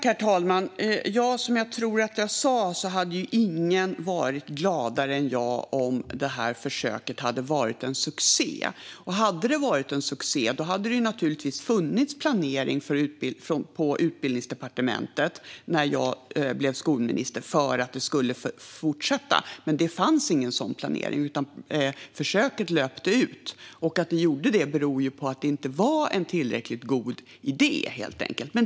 Herr talman! Som jag tror att jag sa hade ingen varit gladare än jag om detta försök hade varit en succé. Och hade det varit en succé hade det naturligtvis funnits en planering på Utbildningsdepartementet när jag blev skolminister för att detta skulle fortsätta. Men det fanns ingen sådan planering, utan försöket löpte ut. Att det gjorde det berodde på att det inte var en tillräckligt god idé, helt enkelt.